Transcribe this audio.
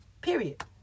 Period